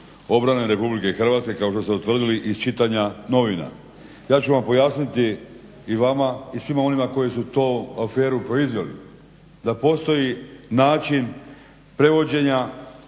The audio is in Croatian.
obrane RH kao što ste utvrdili iz čitanja novina. Ja ću vam pojasniti, i vama i svima onima koji su to kao aferu izveli, da postoji način prevođenja